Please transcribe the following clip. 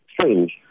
strange